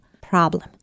problem